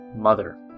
Mother